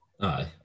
Aye